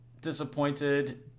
disappointed